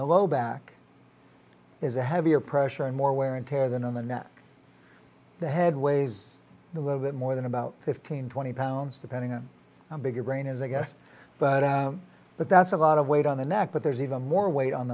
the low back is a heavier pressure and more wear and tear than on the net the head weighs a little bit more than about fifteen twenty pounds depending on how big your brain is i guess but but that's a lot of weight on the neck but there's even more weight on